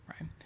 right